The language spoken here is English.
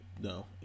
no